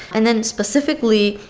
and then, specifically,